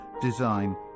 design